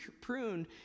pruned